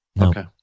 Okay